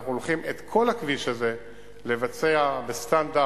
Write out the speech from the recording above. ואנחנו הולכים את כל הכביש הזה לבצע בסטנדרט